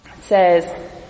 says